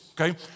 Okay